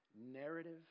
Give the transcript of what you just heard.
Narrative